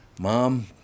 Mom